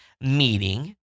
meeting